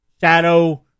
shadow